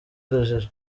urujijo